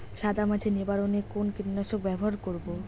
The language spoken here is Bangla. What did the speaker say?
সাদা মাছি নিবারণ এ কোন কীটনাশক ব্যবহার করব?